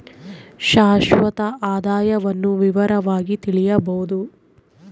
ಶಾಶ್ವತ ಆದಾಯವನ್ನು ವಿವರವಾಗಿ ತಿಳಿಯಬೊದು